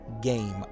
Game